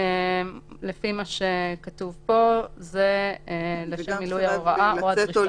לפי מה שכתוב פה זה לשם מילוי ההוראה או הדרישה.